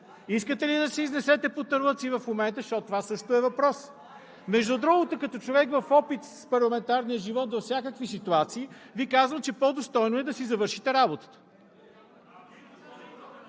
Искате ли да се изнесете по терлици в момента, защото това също е въпрос? (Шум и реплики от ГЕРБ и ОП.) Между другото, като човек с опит в парламентарния живот във всякакви ситуации, Ви казвам, че по-достойно е да си завършите работата.